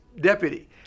deputy